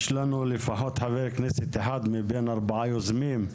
יש לנו לפחות חבר כנסת אחד מבין ארבעת היוזמים,